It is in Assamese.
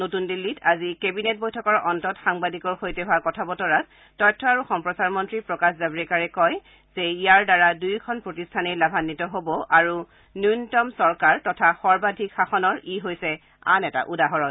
নতুন দিল্লীত আজি কেবিনেট বৈঠকৰ অন্তত সাংবাদিকৰ সৈতে হোৱা কথা বতৰাত তথ্য আৰু সম্প্ৰচাৰ মন্ত্ৰী প্ৰকাশ জাল্ৰেকাৰে কয় যে ইয়াৰ দ্বাৰা দুয়োখন প্ৰতিষ্ঠানেই লাভান্নিত হ'ব আৰু ন্যনতম চৰকাৰ তথা সৰ্বাধিক শাসনৰ ই হৈছে আন এটা উদাহৰণ